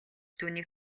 түүнийг